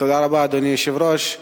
תודה רבה, אדוני היושב-ראש.